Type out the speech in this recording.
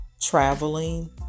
traveling